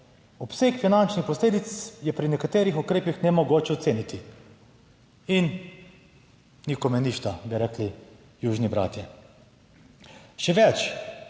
obseg finančnih posledic je pri nekaterih ukrepih nemogoče oceniti in nikome ništa, bi rekli južni bratje. Še več,